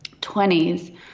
20s